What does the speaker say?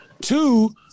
two